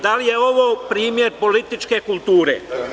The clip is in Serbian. Da li je ovo primer političke kulture?